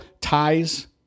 ties